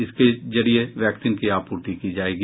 इसके जरिये वैक्सीन की आपूर्ति की जाएगी